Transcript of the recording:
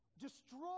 destroy